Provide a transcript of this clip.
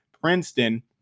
Princeton